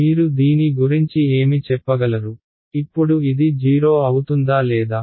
మీరు దీని గురించి ఏమి చెప్పగలరు ఇప్పుడు ఇది 0 అవుతుందా లేదా